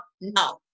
no